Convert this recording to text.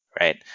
right